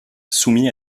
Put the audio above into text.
soumis